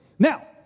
Now